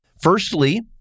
firstly